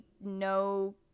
no